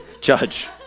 Judge